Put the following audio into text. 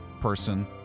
person